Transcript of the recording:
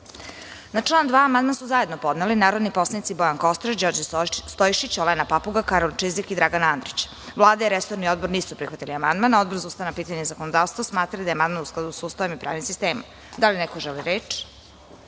član 2. amandman su zajedno podneli narodni poslanici Bojan Kostreš, Đorđe Stojšić, Olena Papuga, Karolj Čizik i Dragan Andrić. Vlada i resorni odbor nisu prihvatili amandman. Odbor za ustavna pitanja i zakonodavstvo smatra da je amandman u skladu sa Ustavom i pravnim sistemom. Da li neko želi reč?